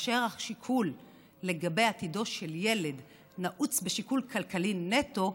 וכאשר השיקול לגבי עתידו של ילד נעוץ בשיקול כלכלי נטו,